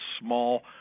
small